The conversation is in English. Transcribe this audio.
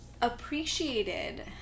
appreciated